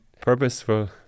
purposeful